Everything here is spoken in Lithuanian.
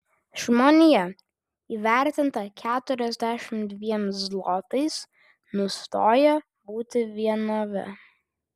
žmonija įvertinta keturiasdešimt dviem zlotais nustoja būti vienove